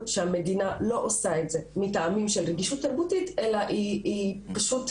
שהמדינה לא עושה את זה מטעמים של רגישות תרבותית אלא היא משעתקת